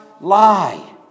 lie